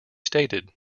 stated